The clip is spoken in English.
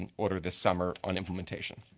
and order this summer on implementations.